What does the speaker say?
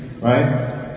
right